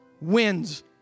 wins